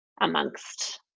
amongst